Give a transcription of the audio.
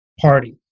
Party